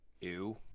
Ew